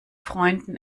freunden